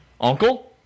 uncle